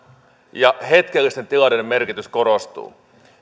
ja hetkellisten tilanteiden merkitys korostuu